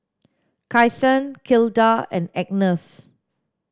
Kyson Gilda and Agness